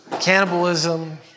cannibalism